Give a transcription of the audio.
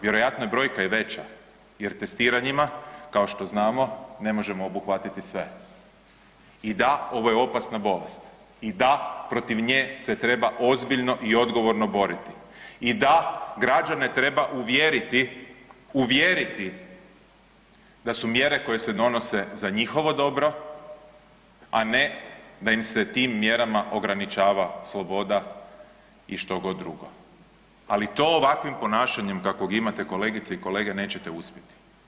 Vjerojatno je brojka i veća jer testiranjima kao što znamo ne možemo obuhvatiti sve i da, ovo je opasna bolest i da, protiv nje se treba ozbiljno i odgovorno boriti i da, građane treba uvjeriti, uvjeriti da su mjere koje se donose za njihovo dobro, a ne da im se tim mjerama ograničava sloboda i štogod drugo, ali to ovakvim ponašanjem kakvog imate kolegice i kolege nećete uspjeti.